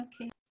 Okay